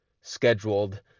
scheduled